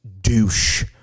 douche